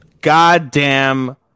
Goddamn